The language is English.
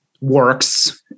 works